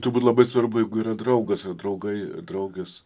turbūt labai svarbu jeigu yra draugas ar draugai draugės